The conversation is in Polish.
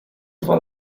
dwa